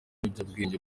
n’ibiyobyabwenge